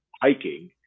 hiking